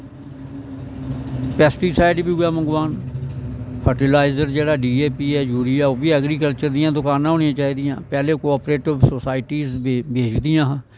pesticide बी उऐ मंगवान फर्टीलीईज़र जेह्ड़ा डी ऐ पी ऐ जूरिया ओह् बी ऐग्रीकलटर दियां दकानां होनियां चाही दियां पैह्लैं कोपरेटिव सोसाईटी दिखदियां हां